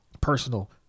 personal